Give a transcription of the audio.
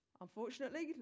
Unfortunately